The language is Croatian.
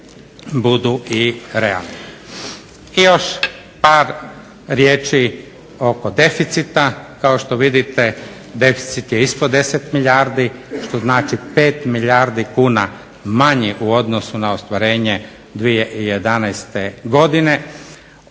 I još par riječi oko deficita. Kao što vidite, deficit je ispod 10 milijardi što znači 5 milijardi kuna manje u odnosu na ostvarenje 2011. godine.